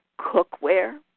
cookware